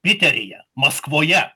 piteryje maskvoje